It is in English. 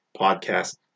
Podcast